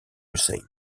hussein